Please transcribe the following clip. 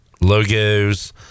logos